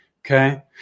okay